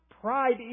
Pride